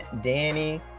danny